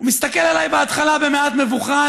הוא מסתכל עליי בהתחלה במעט מבוכה,